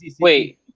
Wait